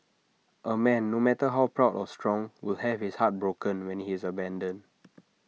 A man no matter how proud or strong will have his heart broken when he is abandoned